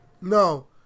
No